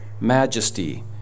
majesty